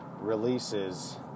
releases